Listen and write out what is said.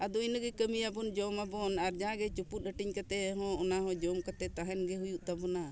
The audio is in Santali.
ᱟᱫᱚ ᱤᱱᱟᱹᱜᱮ ᱠᱟᱹᱢᱤᱭᱟᱵᱚᱱ ᱡᱚᱢᱟᱵᱚᱱ ᱟᱨ ᱡᱟᱦᱟᱸ ᱜᱮ ᱪᱚᱯᱩᱫ ᱟᱴᱤᱧ ᱠᱟᱛᱮ ᱦᱚᱸ ᱚᱱᱟ ᱦᱚᱸ ᱡᱚᱢ ᱠᱟᱛᱮ ᱛᱟᱦᱮᱱ ᱜᱮ ᱦᱩᱭᱩᱜ ᱛᱟᱵᱚᱱᱟ